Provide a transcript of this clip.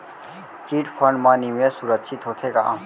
Chit fund मा निवेश सुरक्षित होथे का?